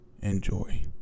Enjoy